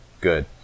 Good